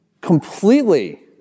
Completely